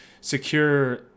secure